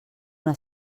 una